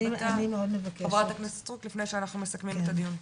חה"כ סטרוק לפני שאנחנו מסכמים את הדיון.